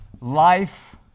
life